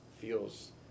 feels